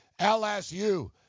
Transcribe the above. LSU